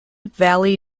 valley